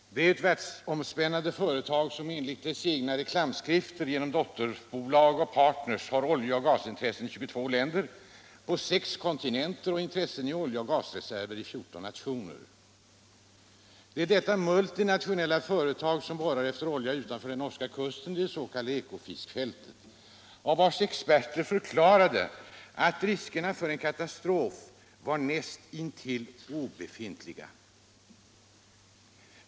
Det är ett världsomspännande företag, som enligt sina egna reklamskrifter genom dotterbolag och partner har olje och gasintressen i 22 länder på sex kontinenter och intressen i olje och gasreserver i 14 nationer. Det är detta multinationella företag som borrar efter olja utanför den norska kusten i det s.k. Ekofiskfältet, och det var dess experter som förklarade att riskerna för en katastrof var näst intill obefintliga.